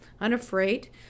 unafraid